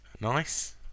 Nice